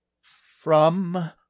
From